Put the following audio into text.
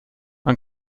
man